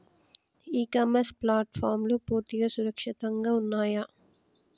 ఇ commerce ప్లాట్ఫారమ్లు పూర్తిగా సురక్షితంగా ఉన్నయా?